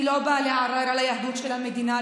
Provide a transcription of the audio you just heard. אני לא באה לערער על היהדות של המדינה,